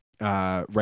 right